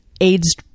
AIDS